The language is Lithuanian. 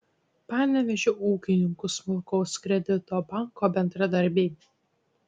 panevėžio ūkininkų smulkaus kredito banko bendradarbiai